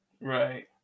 Right